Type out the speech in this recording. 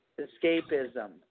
escapism